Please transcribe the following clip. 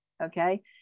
Okay